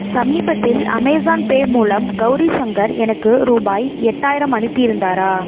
சமீபத்தில் Amazon Pay மூலம் கௌரி சங்கர் எனக்கு ரூபாய் எட்டாயிரம் அனுப்பியிருந்தாரா